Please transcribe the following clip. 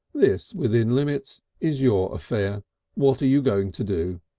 this, within limits, is your affair what are you going to do?